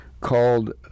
called